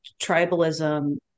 tribalism